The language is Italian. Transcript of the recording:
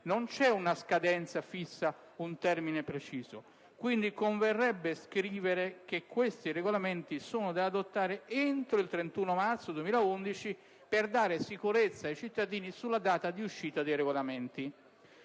non c'è una scadenza fissa o un termine preciso. Converrebbe pertanto scrivere che tali regolamenti sono da adottare entro il 31 marzo 2011, al fine di dare sicurezza ai cittadini sulla data di uscita dei regolamenti.